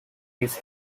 his